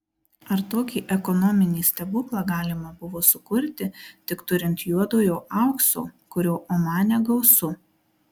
ar tokį ekonominį stebuklą galima buvo sukurti tik turint juodojo aukso kurio omane gausu